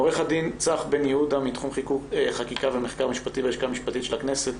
עו"ד צח בן יהודה מתחום חקיקה ומחקר משפטי בלשכה המשפטית של הכנסת,